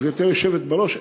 גברתי היושבת בראש,